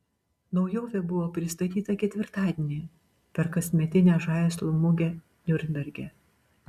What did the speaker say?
naujovė buvo pristatyta ketvirtadienį per kasmetinę žaislų mugę niurnberge